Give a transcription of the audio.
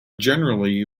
generally